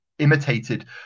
imitated